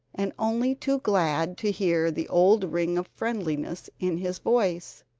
and only too glad to hear the old ring of friendliness in his voice.